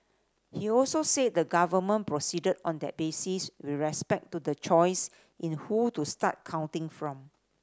he also said the government proceeded on that basis with respect to the choice in who to start counting from